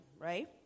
right